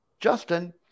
Justin